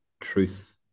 truth